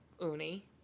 uni